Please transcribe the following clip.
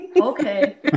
Okay